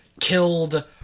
Killed